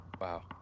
Wow